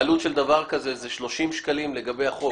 העלות של דבר כזה היא 30 שקלים לגבי החוב.